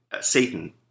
Satan